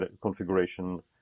configuration